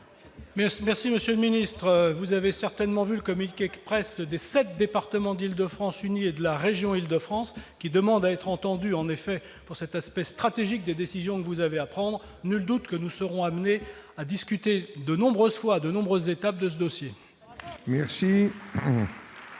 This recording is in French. Merci, monsieur le secrétaire d'État. Vous avez certainement lu le communiqué de presse des sept départements d'Île-de-France unis et de la région d'Île-de-France qui demandent à être entendus, en effet, sur cet aspect stratégique des décisions que vous avez à prendre. Nul doute que nous serons amenés à discuter de nombreuses fois, à de nombreuses étapes de l'avancée de ce